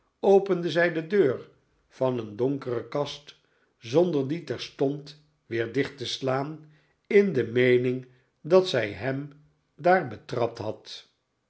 opende zij de deur van een donkere kast zonder die terstond weer dicht te slaan in de meening dat zij hem daar betrapt had